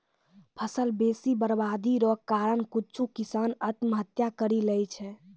फसल बेसी बरवादी रो कारण कुछु किसान आत्महत्या करि लैय छै